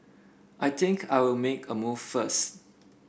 I think I'll make a move first